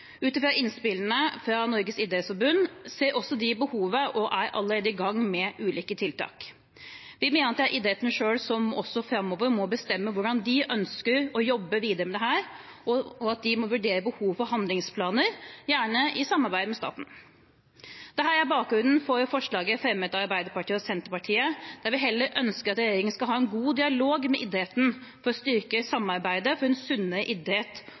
Ut fra innspillene fra Norges idrettsforbund ser de også behovet, og de er allerede i gang med ulike tiltak. Vi mener at det er idretten selv som også framover må bestemme hvordan de ønsker å jobbe videre med dette, og at de må vurdere behovet for handlingsplaner, gjerne i samarbeid med staten. Dette er bakgrunnen for forslaget fremmet at Arbeiderpartiet og Senterpartiet, der vi ønsker at regjeringen skal ha en god dialog med idretten for å styrke samarbeidet for en